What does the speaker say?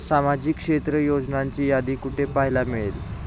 सामाजिक क्षेत्र योजनांची यादी कुठे पाहायला मिळेल?